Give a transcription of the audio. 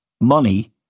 money